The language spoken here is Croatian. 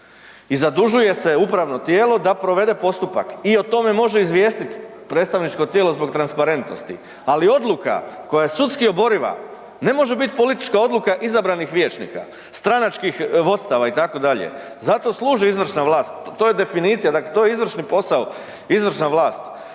i zadužuje se upravno tijelo da provede postupak i o tome može izvijestit predstavničko tijelo zbog transparentnosti. Ali odluka koja je sudski oboriva ne može bit politička odluka izabranih vijećnika, stranačkih vodstava itd., zato služi izvršna vlast, to je definicija, dakle to je izvršni posao izvršna vlast.